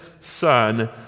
son